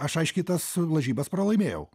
aš aiškiai tas lažybas pralaimėjau